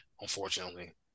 unfortunately